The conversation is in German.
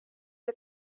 der